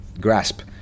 grasp